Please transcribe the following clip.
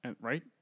Right